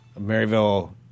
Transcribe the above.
Maryville